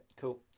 cool